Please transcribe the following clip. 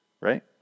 right